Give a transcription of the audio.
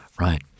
Right